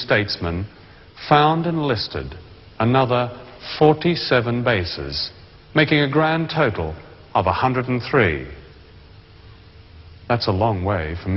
statesman found enlisted another forty seven bases making a grand total of one hundred three that's a long way from